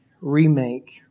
remake